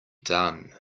done